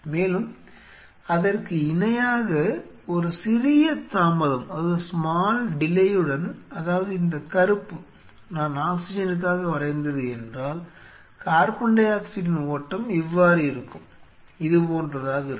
மேலும் அதற்கு இணையாக ஒரு சிறிய தாமதத்துடன் அதாவது இந்த கருப்பு நான் ஆக்ஸிஜனுக்காக வரைந்தது என்றால் கார்பன் டை ஆக்சைடின் ஓட்டம் இவ்வாறு இருக்கும் இதுபோன்றதாக இருக்கும்